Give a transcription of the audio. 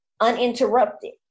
uninterrupted